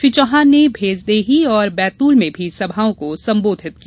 श्री चौहान ने भेंसदेही और बैतूल में भी सभाओं को सम्बोधित किया